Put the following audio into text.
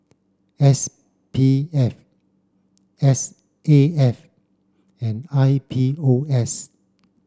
S P F S A F and I P O S